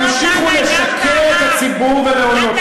תמשיכו לשקר את הציבור ולהונות אותו.